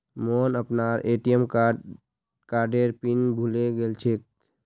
मोहन अपनार ए.टी.एम कार्डेर पिन भूले गेलछेक